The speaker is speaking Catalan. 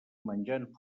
menjant